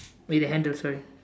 with a handle sorry